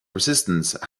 resistance